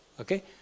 Okay